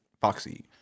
Foxy